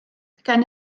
gan